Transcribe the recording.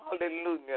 Hallelujah